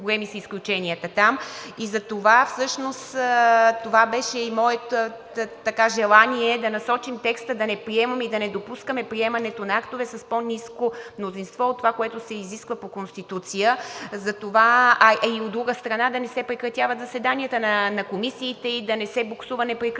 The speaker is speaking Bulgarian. там. Всъщност това беше моето желание – да насочим текста и да не допускаме приемането на актове с по-ниско мнозинство от това, което се изисква по Конституция, а от друга страна, да не се прекратяват заседанията на комисиите и да не се буксува непрекъснато.